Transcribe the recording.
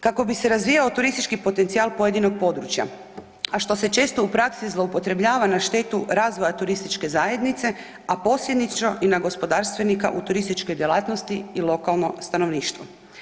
Kako bi se razvijao turistički potencijal pojedinog područja, a što se često u praksi zloupotrebljava na štetu razvoja TZ, a posljedično i na gospodarstvenika u turističkoj djelatnosti i lokalno stanovništvo.